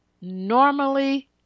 normally